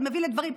זה מביא לדברים,